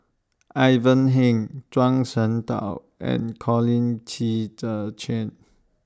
Ivan Heng Zhuang Shengtao and Colin Qi Zhe Quan